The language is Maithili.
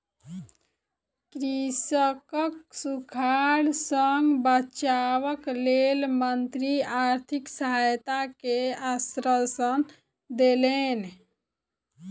कृषकक सूखाड़ सॅ बचावक लेल मंत्री आर्थिक सहायता के आश्वासन देलैन